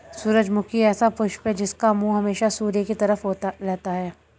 सूरजमुखी ऐसा पुष्प है जिसका मुंह हमेशा सूर्य की तरफ रहता है